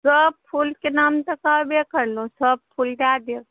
सब फूलके नाम तऽ कहबे करलहुँ सब फूल दए देब